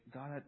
God